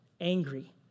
angry